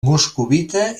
moscovita